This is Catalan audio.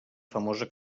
famosa